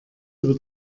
über